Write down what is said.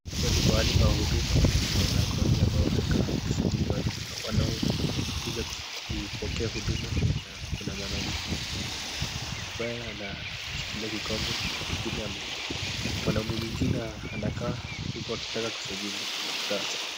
Hapa ni pahali pa huduma kuna wanawake wawili ambao wamekaa wakisajili watu wanaokuja kupokea huduma na kuna mwanamke mmoja ambaye anashikilia kikombe mwanaume mwingine anakaa huku akitaka kusajili karatasi.